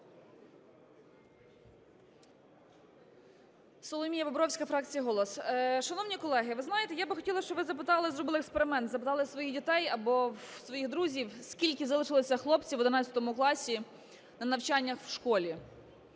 Соломія Бобровська, фракція "Голос". Шановні колеги, ви знаєте, я би хотіла, щоби ви запитали... зробили експеримент, запитали своїх дітей або в своїх друзів: скільки залишилося хлопців в 11-му класі на навчанні в школі?